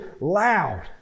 loud